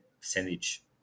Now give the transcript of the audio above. percentage